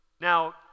Now